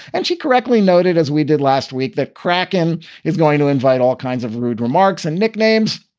and she correctly noted, as we did last week, that cracken is going to invite all kinds of rude remarks and nicknames.